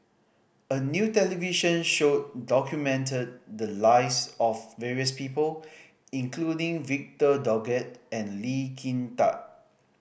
a new television show documented the lives of various people including Victor Doggett and Lee Kin Tat